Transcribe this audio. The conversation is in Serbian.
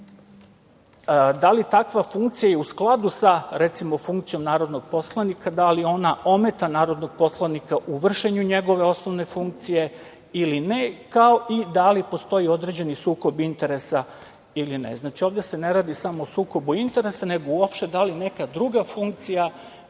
da li je takva funkcija u skladu sa, recimo, funkcijom narodnog poslanika, da li ona ometa narodnog poslanika u vršenju njegove osnovne funkcije ili ne, kao i da li postoji određeni sukob interesa ili ne. Znači, ovde se ne radi samo o sukobu interesa, nego uopšte, da li neka druga funkcija